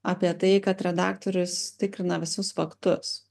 apie tai kad redaktorius tikrina visus faktus